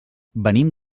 venim